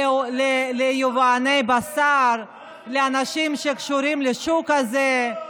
ליבואני בשר, לאנשים שקשורים לשוק הזה,